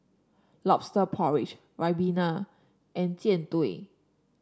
lobster porridge ribena and Jian Dui